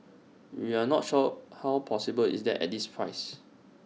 we're not sure how possible is that at this price